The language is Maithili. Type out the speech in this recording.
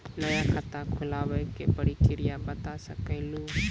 नया खाता खुलवाए के प्रक्रिया बता सके लू?